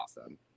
awesome